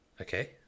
Okay